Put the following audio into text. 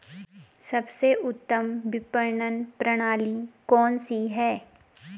सबसे उत्तम विपणन प्रणाली कौन सी है?